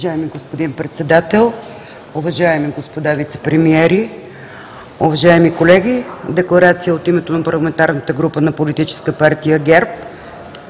Декларация от името на парламентарната група на Политическа партия ГЕРБ.